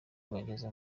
bageze